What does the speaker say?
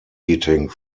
eating